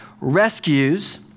rescues